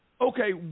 okay